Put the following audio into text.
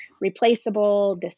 replaceable